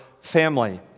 family